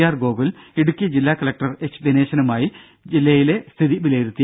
R Gokul Idukki ജില്ലാ collector H ദിനേശനുമായി ജില്ലയിലെ സ്ഥിതി വിലയിരുത്തി